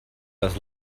das